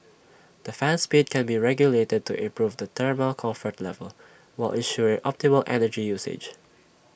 the fan speed can be regulated to improve the thermal comfort level while ensuring optimal energy usage